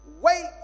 wait